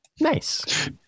Nice